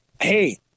hey